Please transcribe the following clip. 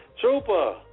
Trooper